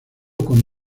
con